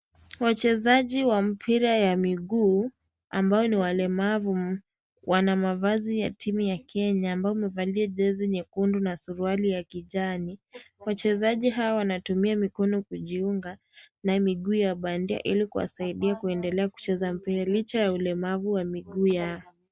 Wachezaji wa mpira ya miguu, ambayo ni walemavu, wana mavazi ya timu ya Kenya, ambayo umevalia jezi nyekundu na suruali ya kijani. Wachezaji hawa wanatumia mikono kujiunga na miguu ya bandia ili kuwasaidia kuendelea kucheza mpira, licha ya ulemavu wa miguu yao.